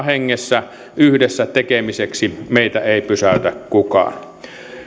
hengessä yhdessä tekemiseksi meitä ei pysäytä kukaan